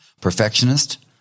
Perfectionist